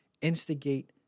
Instigate